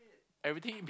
everything